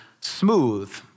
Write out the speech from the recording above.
smooth